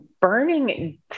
burning